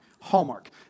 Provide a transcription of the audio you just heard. Hallmark